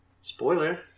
Spoiler